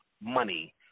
money